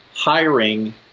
hiring